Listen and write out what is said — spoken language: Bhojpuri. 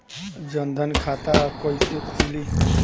जनधन खाता कइसे खुली?